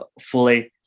fully